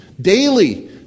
daily